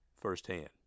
firsthand